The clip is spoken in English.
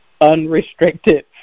unrestricted